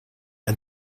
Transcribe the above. and